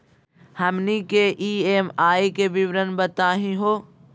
हमनी के ई.एम.आई के विवरण बताही हो?